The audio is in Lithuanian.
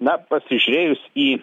na pasižiūrėjus į